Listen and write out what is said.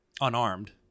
unarmed